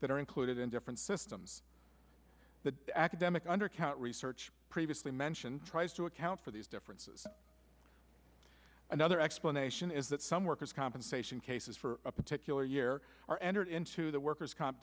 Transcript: that are included in different systems that academic undercount research previously mentioned tries to account for these differences another explanation is that some workers compensation cases for a particular year are entered into the worker's comp